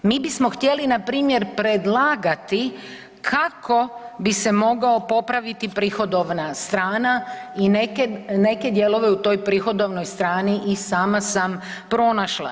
Mi bismo htjeli npr. predlagati kako bi se mogla popraviti prihodovna strana i neke dijelove u toj prihodovnoj strani i sama sam pronašla.